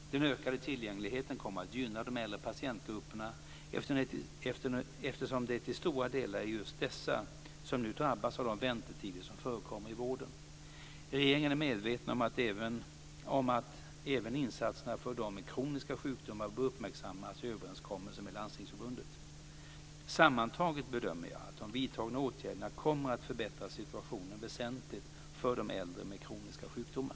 Den ökade tillgängligheten kommer att gynna de äldre patientgrupperna eftersom det till stora delar är dessa som nu drabbas av de väntetider som förekommer i vården. Regeringen är medveten om att även insatserna för dem med kroniska sjukdomar bör uppmärksammas i överenskommelsen med Landstingsförbundet. Sammantaget bedömer jag att de vidtagna åtgärderna kommer att förbättra situationen väsentligt för de äldre med kroniska sjukdomar.